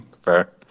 Fair